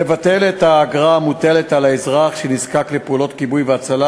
לבטל את האגרה המוטלת על האזרח שנזקק לפעולות כיבוי והצלה,